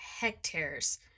hectares